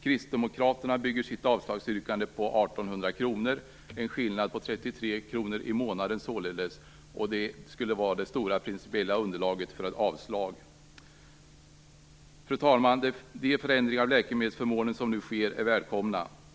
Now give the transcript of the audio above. Kristdemokraterna bygger sitt avslagsyrkande på 1 800 kr, således en skillnad om 33 kr i månaden, och det skulle vara det stora principiella underlaget för ett avslag. Fru talman! De förändringar av läkemedelsförmånen som nu sker är välkomna.